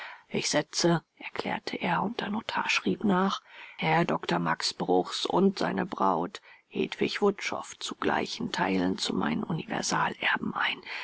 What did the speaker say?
ich setze erklärte er und der notar schrieb nach herrn doktor max bruchs und seine braut hedwig wutschow zu gleichen teilen zu meinen universalerben ein